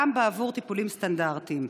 גם עבור טיפולים סטנדרטיים,